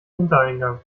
hintereingang